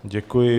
Děkuji.